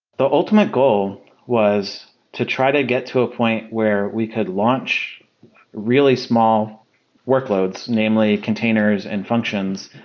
the ultimate goal was to try to get to a point where we could launch really small workloads, namely containers and functions,